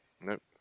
Nope